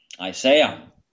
Isaiah